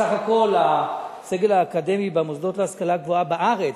בסך הכול הסגל האקדמי במוסדות להשכלה גבוהה בארץ,